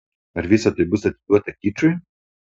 ar visa tai bus atiduota kičui